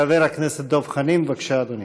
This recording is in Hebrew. חבר הכנסת דב חנין, בבקשה, אדוני.